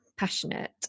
Passionate